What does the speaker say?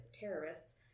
terrorists